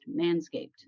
Manscaped